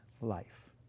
life